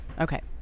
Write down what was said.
Okay